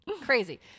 crazy